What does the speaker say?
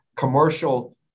commercial